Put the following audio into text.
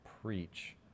preach